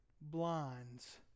blinds